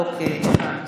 אוקיי.